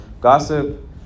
gossip